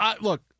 look